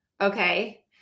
Okay